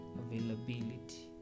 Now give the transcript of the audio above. availability